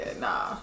nah